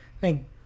thank